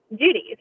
duties